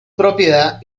propiedad